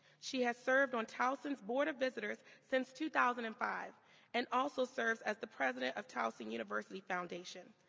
she has served on towson's board of visitors since two thousand and five and also serves as the president of towson university foundation.